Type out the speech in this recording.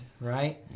right